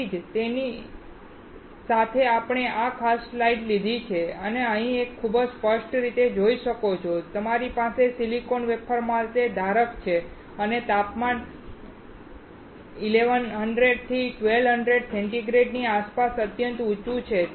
તેથી તેથી જ આપણે આ ખાસ સ્લાઇડ લીધી છે અને અહીં તમે ખૂબ જ સ્પષ્ટ રીતે જોઈ શકો છો કે તમારી પાસે સિલિકોન વેફર માટે ધારક છે અને તાપમાન 1100 થી 1200 ડિગ્રી સેન્ટીગ્રેડની આસપાસ અત્યંત ઊંચું છે